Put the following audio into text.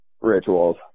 rituals